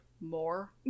more